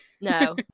no